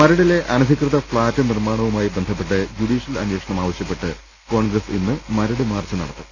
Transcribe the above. മരടിലെ അനധികൃത ഫ്ളാറ്റ് നിർമാണവുമായി ബന്ധപ്പെട്ട് ജൂഡീ ഷ്യൽ അന്വേഷണം ആവശ്യപ്പെട്ട് കോൺഗ്രസ് ഇന്ന് മരട് മാർച്ച് നട ത്തും